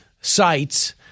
sites